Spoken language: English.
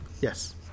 Yes